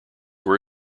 were